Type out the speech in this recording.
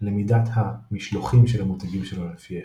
למידת המשלוחים של המותגים שלו לפי יחידות.